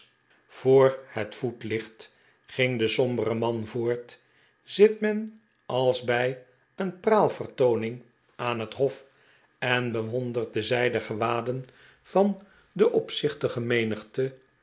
voor het voetlicht ging de sombere man voort r zit men als bij een praalvertooning aan het hof en bewondert de zijden gewaden van de opzichtige